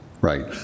right